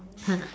!huh!